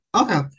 Okay